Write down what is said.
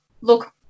look